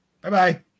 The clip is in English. Bye-bye